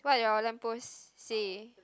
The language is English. what your lamp post say